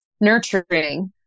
nurturing